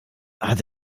hat